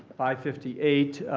five fifty eight.